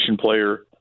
player